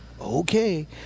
okay